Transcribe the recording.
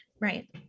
Right